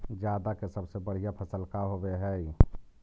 जादा के सबसे बढ़िया फसल का होवे हई?